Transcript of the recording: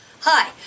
hi